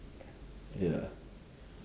ya